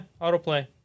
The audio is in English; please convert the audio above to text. autoplay